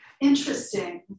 Interesting